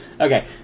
Okay